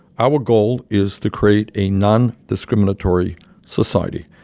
our goal is to create a nondiscriminatory society.